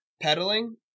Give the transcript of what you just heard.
pedaling